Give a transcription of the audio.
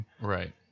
Right